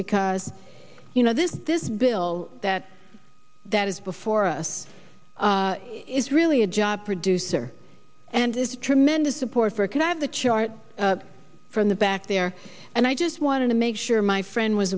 because you know this this bill that that is before us is really a job producer and it's a tremendous support for can i have the chart from the back there and i just wanted to make sure my friend was